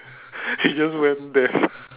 he just went there